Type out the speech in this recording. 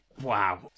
wow